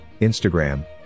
Instagram